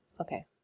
Okay